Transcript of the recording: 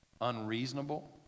unreasonable